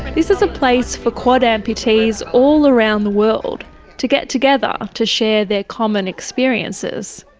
this is a place for quad amputees all around the world to get together to share their common experiences.